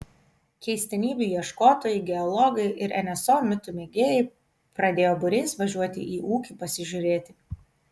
keistenybių ieškotojai geologai ir nso mitų mėgėjai pradėjo būriais važiuoti į ūkį pasižiūrėti